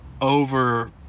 Over